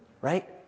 right